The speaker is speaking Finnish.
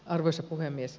arvoisa puhemies